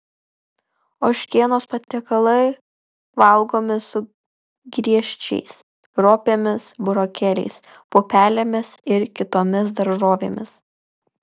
ožkienos patiekalai valgomi su griežčiais ropėmis burokėliais pupelėmis ir kitomis daržovėmis